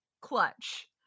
Clutch